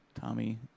Tommy